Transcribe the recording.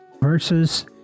versus